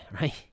right